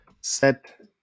set